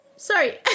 Sorry